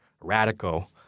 radical